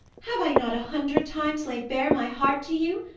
have i not a hundred times laid bare my heart to you?